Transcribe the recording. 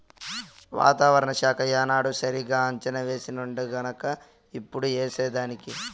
వాతావరణ శాఖ ఏనాడు సరిగా అంచనా వేసినాడుగన్క ఇప్పుడు ఏసేదానికి